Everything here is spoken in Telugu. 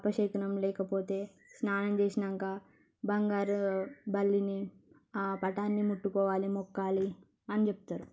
అపశఖనం లేకపోతే స్నానం చేసినాంక బంగారు బల్లిని పటాన్ని ముట్టుకోవాలి మొక్కాలి అని చెప్తారు